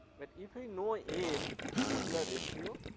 but if we know m modular ratio,